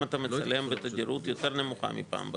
אתה מצלם בתדירות יותר נמוכה מפעם בחודש,